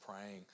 praying